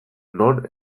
non